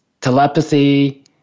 telepathy